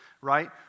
right